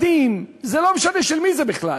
מסגדים, זה לא משנה של מי זה בכלל.